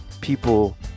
people